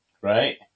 right